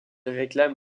réclame